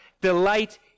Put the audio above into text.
delight